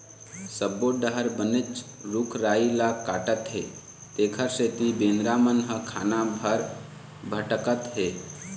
सब्बो डहर बनेच रूख राई ल काटत हे तेखर सेती बेंदरा मन ह खाना बर भटकत हे